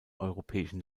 europäischen